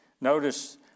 Notice